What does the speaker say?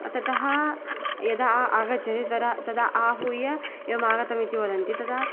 ततः यदा आ आगच्छति तद तदा आहूय एवम् आगतमिति वदन्ति तदा